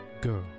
girl